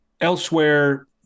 elsewhere